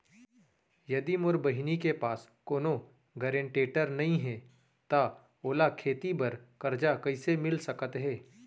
यदि मोर बहिनी के पास कोनो गरेंटेटर नई हे त ओला खेती बर कर्जा कईसे मिल सकत हे?